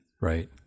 right